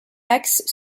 axe